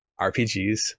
RPGs